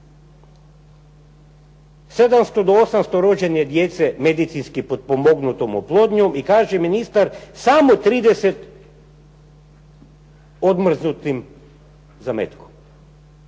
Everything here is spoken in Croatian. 700 do 800 rođene djece medicinski potpomognutom oplodnjom i kaže ministar samo 30 odmrznutim zametkom.